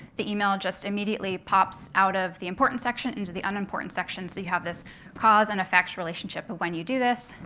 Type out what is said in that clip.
the email just immediately pops out of the important section into the unimportant section. so you have this cause-and-effect relationship of when you do this,